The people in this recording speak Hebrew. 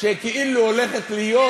שכאילו הולכת להיות,